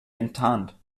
enttarnt